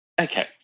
Okay